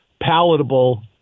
palatable